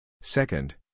Second